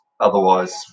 otherwise